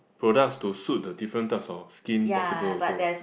products to suit the different types of skin possible also